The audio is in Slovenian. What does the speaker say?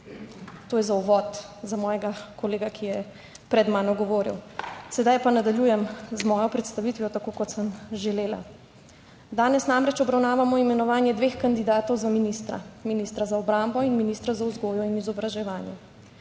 To je za uvod, za mojega kolega, ki je pred mano govoril, sedaj pa nadaljujem z mojo predstavitvijo tako kot sem želela. Danes namreč obravnavamo imenovanje dveh kandidatov za ministra, ministra za obrambo in ministra za vzgojo in izobraževanje.